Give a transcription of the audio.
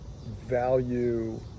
value